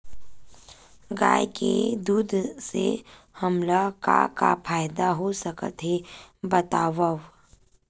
गाय के दूध से हमला का का फ़ायदा हो सकत हे बतावव?